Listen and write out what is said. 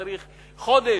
צריך חודש,